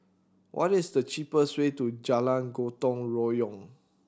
what is the cheapest way to Jalan Gotong Royong